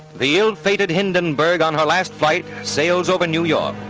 the ill-fated hindenburg on her last flight sails over new york.